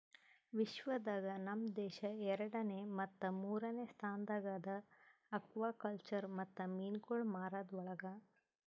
ವಿಶ್ವ ದಾಗ್ ನಮ್ ದೇಶ ಎರಡನೇ ಮತ್ತ ಮೂರನೇ ಸ್ಥಾನದಾಗ್ ಅದಾ ಆಕ್ವಾಕಲ್ಚರ್ ಮತ್ತ ಮೀನುಗೊಳ್ ಮಾರದ್ ಒಳಗ್